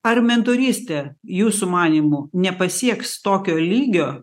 ar mentorystė jūsų manymu nepasieks tokio lygio